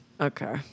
Okay